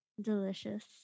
delicious